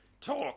Talk